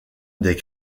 des